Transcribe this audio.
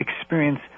experience